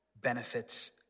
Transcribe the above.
benefits